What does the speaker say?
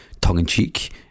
tongue-in-cheek